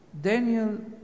Daniel